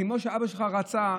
כמו שאבא שלך רצה,